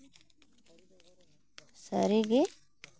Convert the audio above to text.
ᱥᱟᱹᱨᱤᱜᱮ